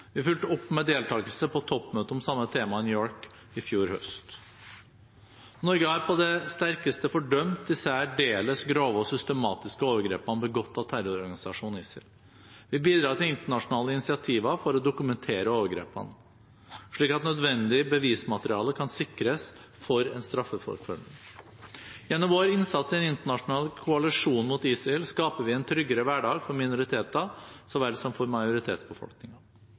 Vi fulgte opp med deltakelse på et toppmøte om samme tema i New York i fjor høst. Norge har på det sterkeste fordømt de særdeles grove og systematiske overgrepene begått av terrororganisasjonen ISIL. Vi bidrar til internasjonale initiativer for å dokumentere overgrepene, slik at nødvendig bevismateriale kan sikres for en straffeforfølgning. Gjennom vår innsats i den internasjonale koalisjonen mot ISIL skaper vi en tryggere hverdag for minoriteter så vel som for